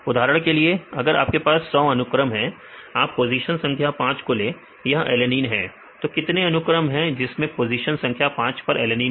उदाहरण के लिए अगर आपके पास 100 अनुक्रम है आप पोजीशन संख्या 5 को लें यह एलेनिन है तो कितने अनुक्रम है जिसमें पोजीशन संख्या 5 पर एलेनिन है